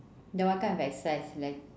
then what kind of exercise like